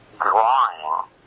drawing